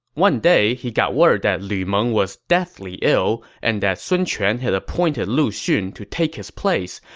one day, he got word that lu meng was deathly ill and that sun quan had appointed lu xun to take his place,